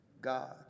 God